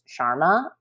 Sharma